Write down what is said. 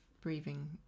breathing